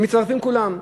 ומצטרפים כולם.